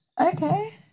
Okay